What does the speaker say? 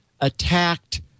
attacked